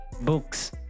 books